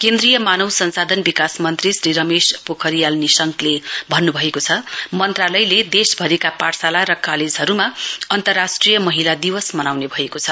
केन्द्रीय मानव संसाधन विकास मन्त्री श्री रमेश पोखरियल निशंकले भन्नुभएको छ मन्त्रालयले देशभरिका पाठशाला र कालेजहरूमा अन्तरराष्ट्रिय महिला दिवस मनाउने भएको छ